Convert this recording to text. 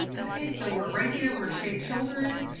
okay, so we're right here where shape shoulder is,